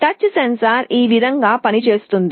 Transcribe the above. touch sensor ఈ విధంగా పనిచేస్తుంది